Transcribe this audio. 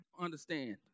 understand